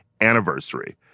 anniversary